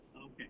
Okay